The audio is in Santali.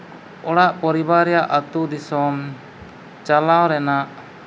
ᱚᱲᱟᱜ ᱯᱚᱨᱤᱵᱟᱨ ᱨᱮᱭᱟᱜ ᱟᱹᱛᱩ ᱫᱤᱥᱚᱢ ᱪᱟᱞᱟᱣ ᱨᱮᱱᱟᱜ